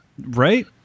Right